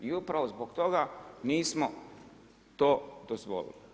I upravo zbog toga nismo to dozvolili.